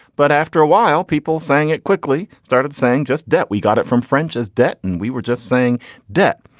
but after a while people saying it quickly started saying just debt we got it from french. as debt and we were just saying debt.